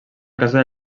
casa